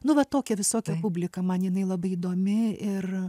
nu va tokia visokia publika man jinai labai įdomi ir